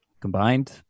combined